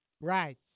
Right